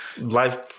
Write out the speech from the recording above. life